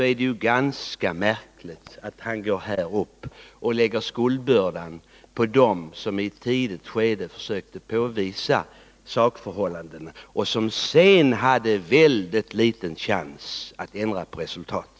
I det läget är det ganska märkligt att han här från riksdagens talarstol lägger skuldbördan för indragningen på dem som i ett tidigt skede försökte påvisa sakförhållandena och som sedan har haft ytterst liten chans att ändra resultatet.